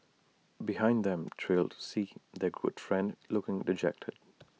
behind them trailed C their good friend looking dejected